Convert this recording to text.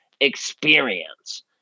experience